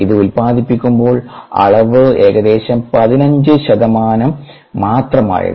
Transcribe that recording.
ഇത് ഉൽപാദിപ്പിക്കുമ്പോൾ അളവ് ഏകദേശം 15 ശതമാനം മാത്രമായിരുന്നു